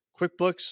QuickBooks